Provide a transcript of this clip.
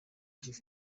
with